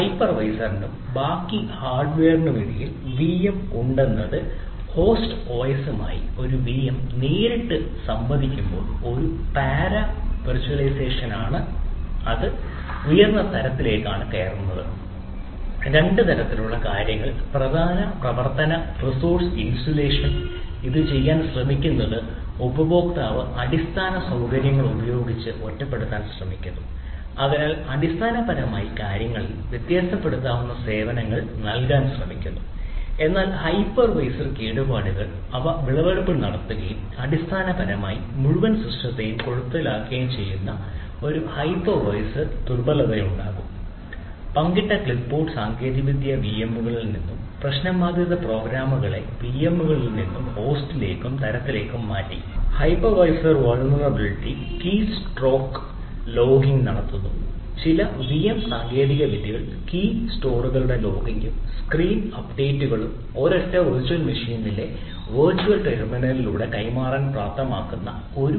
ഹൈപ്പർവൈസറിനും ബാക്കി ഹാർഡ്വെയറിനുമിടയിൽ വിഎം ഉണ്ടെന്നത് ഹോസ്റ്റ് ഒഎസുമായി ഒരൊറ്റ വിർച്വൽ മെഷീനിലെ വെർച്വൽ ടെർമിനലുകളിലൂടെ കൈമാറാൻ പ്രാപ്തമാക്കുന്ന 1 ബൺ ഒന്ന്